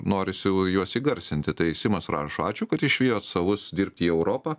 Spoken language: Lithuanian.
norisi juos įgarsinti tai simas rašo ačiū kad išvijot savus dirbti į europą